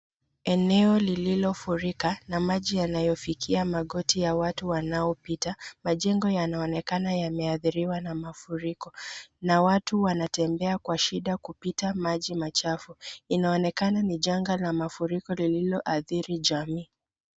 Eneo lililofurika na maji yanayofikia magoti ya watu wanaopita. Majengo yanaonekana yameathiriwa na mafuriko na watu wanatembea kwa shida kupita maji machafu. Linaonekana ni janga la mafuriko lililoathiri jamii.